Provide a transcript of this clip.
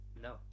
No